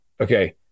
Okay